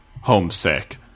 homesick